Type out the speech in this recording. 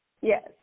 Yes